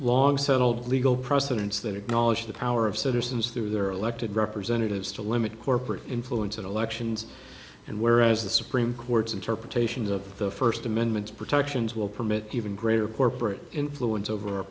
long settled legal precedents that acknowledge the power of citizens through their elected representatives to limit corporate influence in elections and whereas the supreme court's interpretations of the first amendment protections will permit even greater corporate influence over our